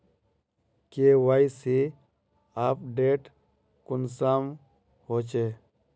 KYC update कुंसम होचे?